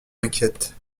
inquiète